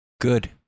good